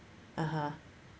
(uh huh)